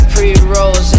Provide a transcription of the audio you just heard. Pre-rolls